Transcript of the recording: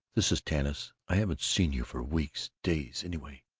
this is tanis. i haven't seen you for weeks days, anyway.